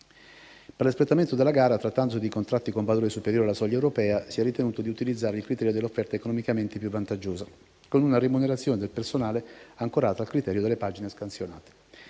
Per l'espletamento della gara, trattandosi di contratti con valore superiore alla soglia europea, si è ritenuto di utilizzare il criterio dell'offerta economicamente più vantaggiosa, con una remunerazione del personale ancorata al criterio delle pagine scansionate.